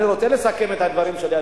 אני רוצה לסכם את הדברים שלי,